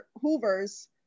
Hoover's